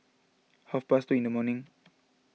half past two in the morning